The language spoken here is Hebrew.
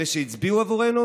אלה שהצביעו עבורנו,